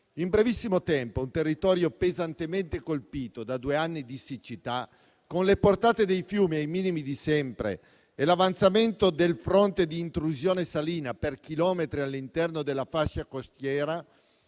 In brevissimo tempo, un territorio pesantemente colpito da due anni di siccità, con le portate dei fiumi ai minimi di sempre e l'avanzamento del fronte di intrusione salina per chilometri all'interno della fascia costiera,